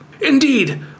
Indeed